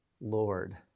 Lord